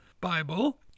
Bible